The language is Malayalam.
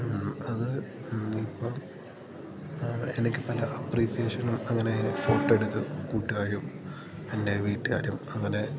അത് ഇപ്പോള് എനിക്ക് പല അപ്രീസിയേഷനും അങ്ങനെ ഫോട്ടോ എടുത്ത് കൂട്ടുകാരും എൻ്റെ വീട്ടുകാരും അങ്ങനെ